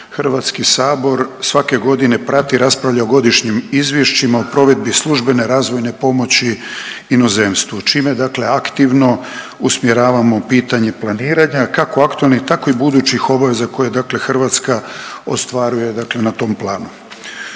pomoći HS svake godine prati i raspravlja o godišnjim izvješćima o provedbi službene razvojne pomoći inozemstvu čime dakle aktivno usmjeravamo pitanje planiranja kako aktualnih tako i budućih obaveza koje Hrvatska ostvaruje na tom planu.